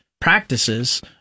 practices